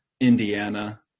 indiana